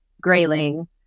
Grayling